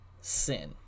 sin